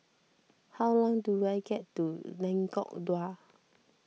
how long do I get to Lengkok Dua